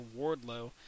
Wardlow